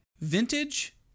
vintage